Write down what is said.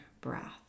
breath